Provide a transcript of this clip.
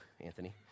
Anthony